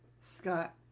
Scott